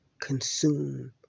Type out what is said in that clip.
consume